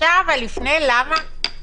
אפשר לדעת לפני למה.